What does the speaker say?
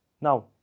Now